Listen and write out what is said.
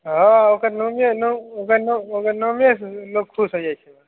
हँ ओकर नामे नाम ओकर नाम ओकर नामे सऽ लोग खुस होइ जाय छै